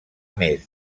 més